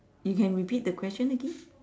you can repeat the question again